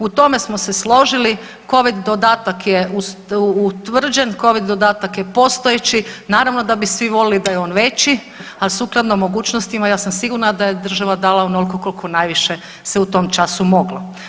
U tome smo se složili, covid dodatak je utvrđen, covid dodatak je postojeći, naravno da bi svi volili da je on veći, al sukladno mogućnostima ja sam sigurna da je država dala onolko kolko najviše se u tom času moglo.